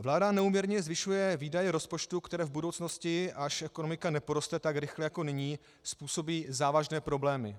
Vláda neúměrně zvyšuje výdaje rozpočtu, které v budoucnosti, až ekonomika neporoste tak rychle jako nyní, způsobí závažné problémy.